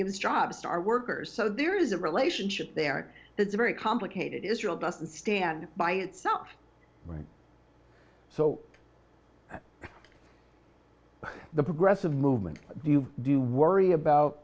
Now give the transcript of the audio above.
gives jobs to our workers so there is a relationship there that's very complicated israel doesn't stand by itself right so the progressive movement you do worry about